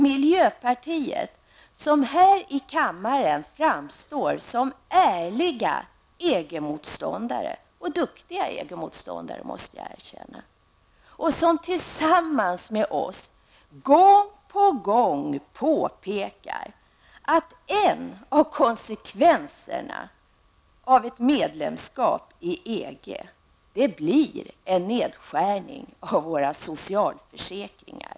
Miljöpartisterna framstår här i kammaren som ärliga EG-motståndare -- och duktiga EG motståndare, måste jag erkänna -- och har tillsammans med oss gång på gång påpekat att en av konsekvenserna av ett medlemsskap i EG blir en nedskärning i våra socialförsäkringar.